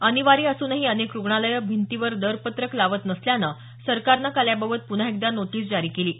अनिवार्य असूनही अनेक रुग्णालयं भिंतीवर दरपत्रक लावत नसल्यानं सरकारनं काल याबाबत पुन्हा एकदा नोटीस जारी केली आहे